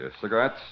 cigarettes